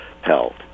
health